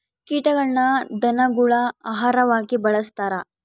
ಕೀಟಗಳನ್ನ ಧನಗುಳ ಆಹಾರವಾಗಿ ಬಳಸ್ತಾರ